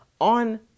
on